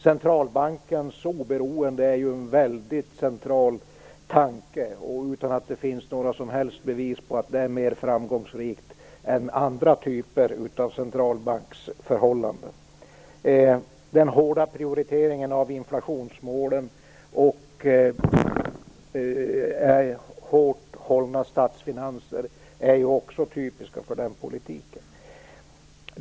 Centralbankens oberoende är en väldigt central tanke, utan att det finns några som helst bevis på att det är mer framgångsrikt än andra typer av centralbanksförhållanden. Den hårda prioriteringen av inflationsmålen och hårt hållna statsfinanser är också typiskt för den politiken.